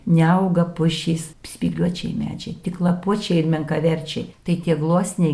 neauga pušys spygliuočiai medžiai tik lapuočiai ir menkaverčiai tai tie gluosniai